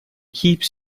keeps